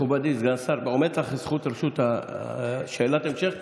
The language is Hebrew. מכובדי סגן השר, עומדת לך הזכות לשאלת המשך,